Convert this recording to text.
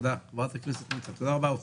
תודה רבה עופר.